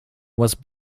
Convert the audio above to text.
was